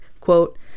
quote